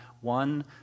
one